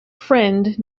friend